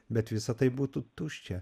bet visa tai būtų tuščia